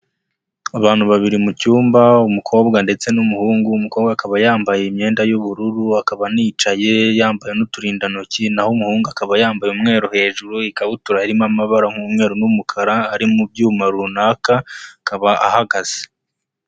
Abantu babiri mu cyumba umukobwa ndetse n'umuhungu, umukobwa akaba yambaye imyenda y'ubururu akaba anicaye yambaye n'uturindantoki, naho umuhungu akaba yambaye umweru hejuru ikabutura harimo amabara nk'umweru n'umukara ari mu byuma runaka akaba ahagaze.